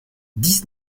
dix